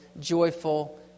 joyful